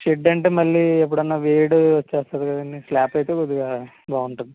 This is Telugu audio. షెడ్ అంటే మళ్ళీ ఎప్పుడన్నా వేడి వచ్చేస్తుంది కదండి స్లాబ్ అయితే కొద్దిగా బాగుంటుంది